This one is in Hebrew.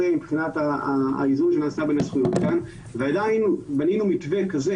מבחינת האיזון שנעשה ועדיין בנינו מתווה כזה,